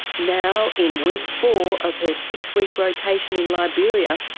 now in week four of her six-week rotation in liberia,